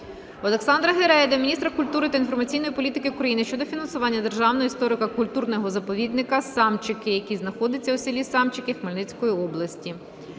Олександра Гереги до міністра культури та інформаційної політики України щодо фінансування Державного історико-культурного заповідника "Самчики", який знаходиться у селі Самчики Хмельницької області.